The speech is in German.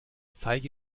zeige